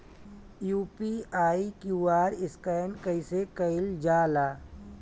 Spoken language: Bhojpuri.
यू.पी.आई क्यू.आर स्कैन कइसे कईल जा ला?